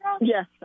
Yes